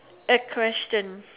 a question